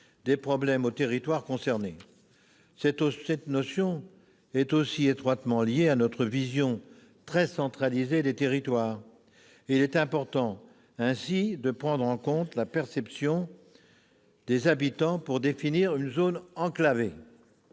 des problèmes au territoire concerné. Cette notion est aussi étroitement liée à notre vision très centralisée des territoires. Et il est important, également, de prendre en compte la perception des habitants pour définir une zone enclavée.